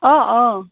অঁ অঁ